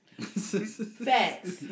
Facts